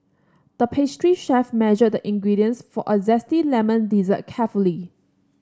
the pastry chef measured the ingredients for a zesty lemon dessert carefully